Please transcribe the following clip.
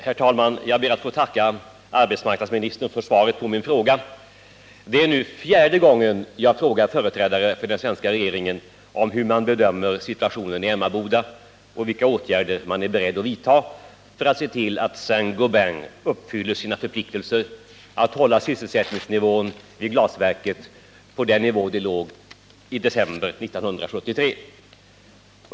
Herr talman! Jag ber att få tacka arbetsmarknadsministern för svaret på min fråga. Det är nu fjärde gången jag frågar företrädare för den svenska regeringen hur man bedömer situationen i Emmaboda och vilka åtgärder man är beredd att vidta för att se till att S:t Gobain uppfyller sina förpliktelser att hålla sysselsättningen vid glasverket på samma nivå som den hade i december 1973.